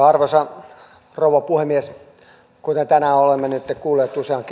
arvoisa rouva puhemies kuten tänään olemme nytten kuulleet useaan